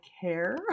care